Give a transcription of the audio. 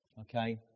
Okay